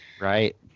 Right